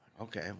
Okay